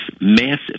massive